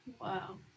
Wow